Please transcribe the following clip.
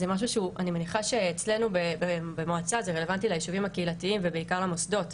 אני מניחה שאצלנו במועצה זה רלוונטי ליישובים הקהילתיים ובעיקר למוסדות,